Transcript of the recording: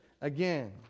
again